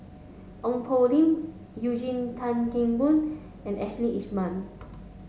Ong Poh Lim Eugene Tan Kheng Boon and Ashley Isham